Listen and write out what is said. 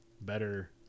better